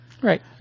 Right